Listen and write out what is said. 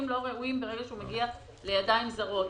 לא ראויים ברגע שהוא מגיע לידיים זרות.